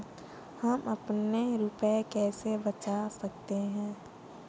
हम अपने रुपये कैसे बचा सकते हैं?